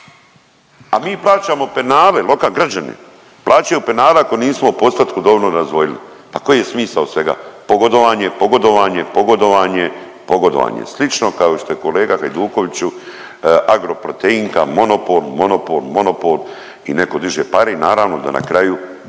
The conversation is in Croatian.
a mi plaćamo penale lokalni, građani plaćaju penale ako nismo u postotku dovoljno razdvojili. Pa koji je smisao svega? Pogodovanje, pogodovanje, pogodovanje, pogodovanje. Slično kao i što je kolega Hajdukoviću Agroproteinka monopol, monopol, monopol i neko diže pare i naravno da na kraju